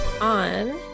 on